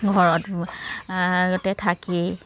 ঘৰত গোটেই থাকি